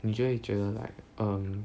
你就会觉得 like um